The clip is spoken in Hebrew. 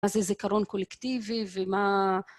מה זה זיכרון קולקטיבי ומה...